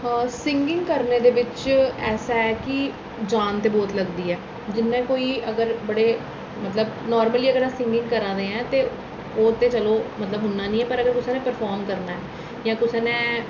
हा सिंगिंग करने दे बिच ऐसा ऐ कि जान ते बहुत लगदी ऐ जिन्ने कोई अगर बड़े मतलब नार्मली अगर अस सिंगिंग करै दे आं ते ओह् ते चलो उन्ना निं ऐ पर अगर कुसै नै परफार्म करना ऐ जां कुसै नै